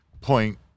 point